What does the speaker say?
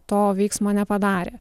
to veiksmo nepadarė